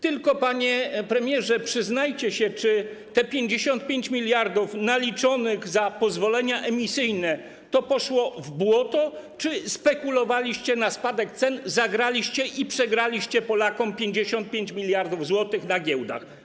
Tylko, panie premierze, przyznajcie się, czy te 55 mld naliczonych za pozwolenia emisyjne poszło w błoto, czy spekulowaliście na spadek cen, zagraliście i przegraliście Polakom 55 mld zł na giełdach.